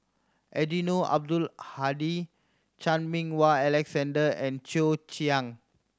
Eddino Abdul Hadi Chan Meng Wah Alexander and Cheo Chiang